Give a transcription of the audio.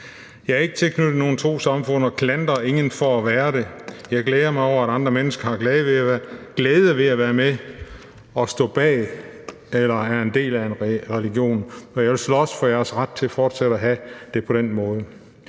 Jeg er ikke tilknyttet nogen trossamfund og klandrer ingen for at være det. Jeg glæder mig over, at andre mennesker har glæde ved at være med i, stå bag eller være en del af en religion, og jeg vil slås for jeres ret til fortsat at have det på den måde.